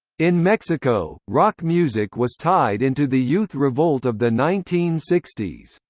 in mexico, rock music was tied into the youth revolt of the nineteen sixty s.